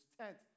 tent